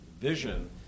vision